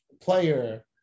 player